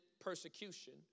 persecution